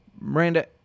Miranda